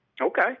Okay